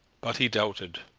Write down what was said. but he doubted.